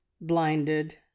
blinded